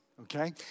Okay